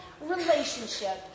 relationship